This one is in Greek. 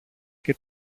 και